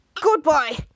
goodbye